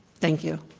thank you.